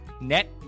net